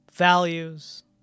values